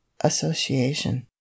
association